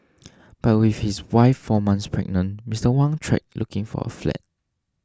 but with his wife four months pregnant Mister Wang tried looking for a flat